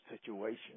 situation